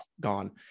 gone